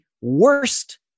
worst